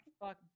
fuck